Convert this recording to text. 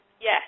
Yes